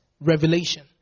revelation